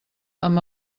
amb